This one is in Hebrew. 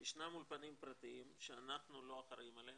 ישנם אולפנים פרטיים שאנחנו לא אחראים עליהם,